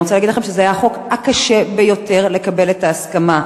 אני רוצה להגיד לכם שזה החוק שהיה הכי קשה לקבל את ההסכמה לו,